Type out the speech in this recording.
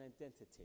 identity